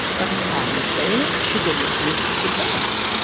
but apparently she didn't meet the test.